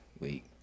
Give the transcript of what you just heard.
wait